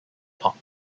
pop